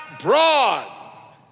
broad